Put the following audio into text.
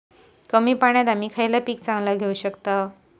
कमी पाण्यात आम्ही खयला पीक चांगला घेव शकताव?